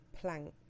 Plank